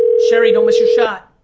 sherry don't miss your shot.